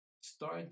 Start